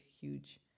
huge